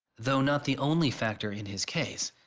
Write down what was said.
though not the only factor in his case,